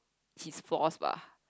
his flaws bah